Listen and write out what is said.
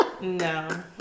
No